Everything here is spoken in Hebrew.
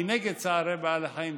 היא נגד צער בעלי חיים.